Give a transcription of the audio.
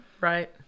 Right